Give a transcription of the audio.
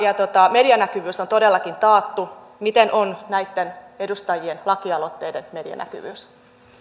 medianäkyvyys on todellakin taattu mikä on näitten edustajien lakialoitteiden medianäkyvyys